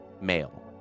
male